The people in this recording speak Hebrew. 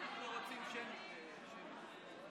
אנחנו עוברים להצבעה אלקטרונית.